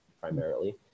primarily